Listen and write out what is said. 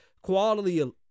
Quality